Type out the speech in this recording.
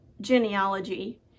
genealogy